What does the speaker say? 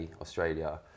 australia